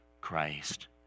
Christ